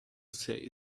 say